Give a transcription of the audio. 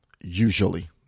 usually